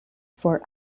for